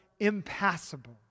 impassable